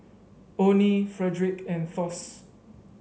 Onie Frederic and Thos